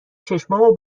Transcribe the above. چشامو